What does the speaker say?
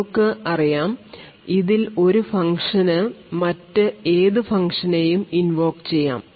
നമുക്ക് അറിയാം ഇതിൽ ഒരു ഫങ്ക്ഷന് മറ്റ് ഏത് ഫങ്ക്ഷനെയും ഇൻവോക് ചെയ്യാം